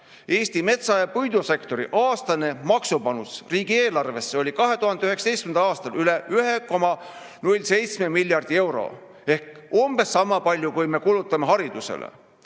Eesti metsa- ja puidusektori aastane maksupanus riigieelarvesse oli 2019. aastal üle 1,07 miljardi euro ehk umbes sama palju, kui me kulutame haridusele.